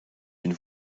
une